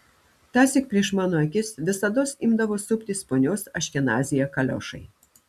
tąsyk prieš mano akis visados imdavo suptis ponios aškenazyje kaliošai